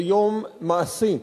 זה יום מעשי,